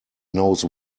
knows